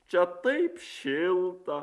čia taip šilta